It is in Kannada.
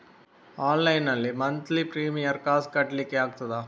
ಆನ್ಲೈನ್ ನಲ್ಲಿ ಮಂತ್ಲಿ ಪ್ರೀಮಿಯರ್ ಕಾಸ್ ಕಟ್ಲಿಕ್ಕೆ ಆಗ್ತದಾ?